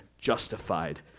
justified